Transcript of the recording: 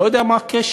לא יודע מה הקשר,